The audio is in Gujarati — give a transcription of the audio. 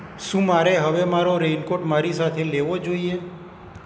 શું મારે હવે મારો રેઈનકોટ મારી સાથે લેવો જોઈએ